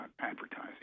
advertising